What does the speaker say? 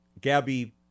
Gabby